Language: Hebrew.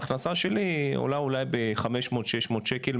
ההכנסה שלי עולה אולי ב-500-600 שקל,